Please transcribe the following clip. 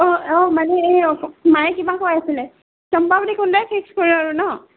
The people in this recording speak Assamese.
অঁ অঁ মানে এই মায়ে কিবা কৈ আছিলে চম্পাৱতী কুণ্ডই ফিক্স কৰো আৰু নহ্